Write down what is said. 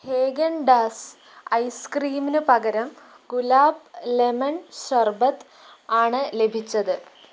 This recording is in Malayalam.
ഹേഗൻ ഡാസ് ഐസ് ക്രീമിനു പകരം ഗുലാബ് ലെമൺ ഷർബത്ത് ആണ് ലഭിച്ചത്